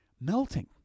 melting